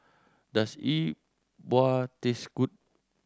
does E Bua taste good